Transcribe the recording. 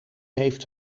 heeft